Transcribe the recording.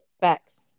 Facts